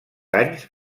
anys